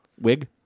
Wig